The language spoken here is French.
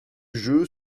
jeu